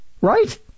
Right